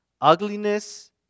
ugliness